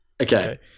Okay